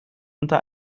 unter